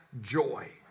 Joy